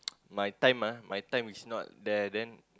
my time ah my time is not there then